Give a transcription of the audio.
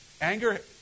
anger